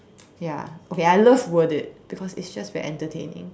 ya okay I loved word it because it's just very entertaining